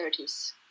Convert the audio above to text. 1930s